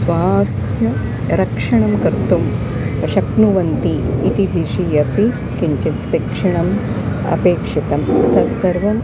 स्वास्थ्यरक्षणं कर्तुं शक्नुवन्ति इति दिशि अपि किञ्चित् शिक्षणम् अपेक्षितं तत्सर्वम्